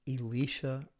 Elisha